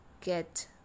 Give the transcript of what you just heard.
get